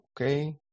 okay